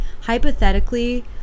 hypothetically